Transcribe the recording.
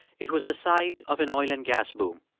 it was the site of an oil and gas boom.